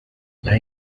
las